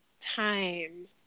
time